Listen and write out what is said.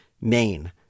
Maine